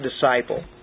disciple